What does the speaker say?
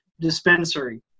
dispensary